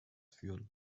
führen